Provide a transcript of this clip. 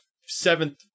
seventh